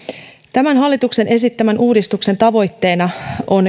tämän hallituksen esittämän uudistuksen tavoitteena on